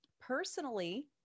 personally